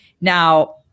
Now